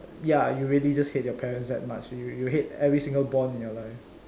ya you really just hate your parents that much you you hate every single bond in your life ya